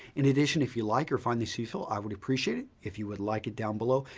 in addition, if you like or find this useful, i would appreciate it if you would like it down below.